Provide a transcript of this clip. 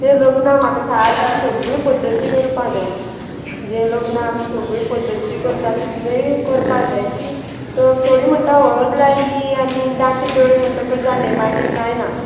तें लग्न म्हाका सारकी सगळी पद्दती करपा जाय जे लग्न आमी सगळी पद्दती करता तितल्योय करपा जाय की थोडी म्हणटा हळद लायली आनी दाटी दळ म्हणटकच जाले मागीर कांय ना